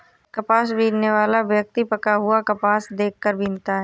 कपास बीनने वाला व्यक्ति पका हुआ कपास देख कर बीनता है